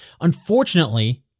Unfortunately